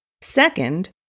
Second